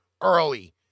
early